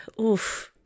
Oof